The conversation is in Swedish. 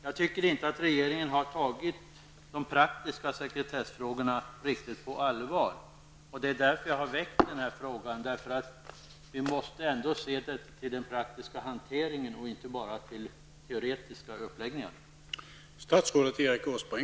Jag tycker inte att regeringen har tagit de praktiska sekretessfrågorna riktigt på allvar. Det är därför jag har väckt den här frågan. Vi måste även se till den praktiska hanteringen och inte bara till den teoretiska uppläggningen.